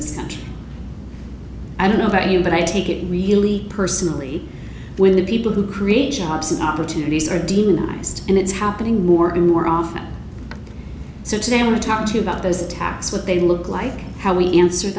this country i don't know about you but i take it really personally when the people who create jobs and opportunities are demonized and it's happening more and more often so today in the town to about those attacks what they look like how we answer